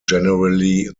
generally